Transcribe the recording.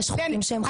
יש חוקים שהם חשובים.